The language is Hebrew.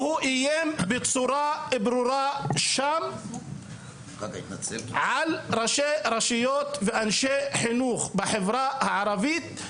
והוא איים בצורה ברורה שם על ראשי רשויות ואנשי חינוך בחברה הערבית,